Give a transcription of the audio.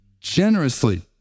generously